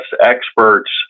experts